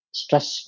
stress